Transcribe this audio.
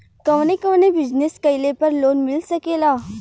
कवने कवने बिजनेस कइले पर लोन मिल सकेला?